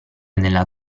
nella